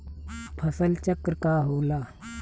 फसल चक्र का होला?